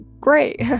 great